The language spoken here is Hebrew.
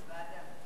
ועדה.